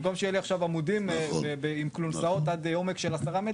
במקום שיהיו לי עכשיו עמודים עם כלונסאות עם עומק עד 10 מטרים.